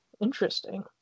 Interesting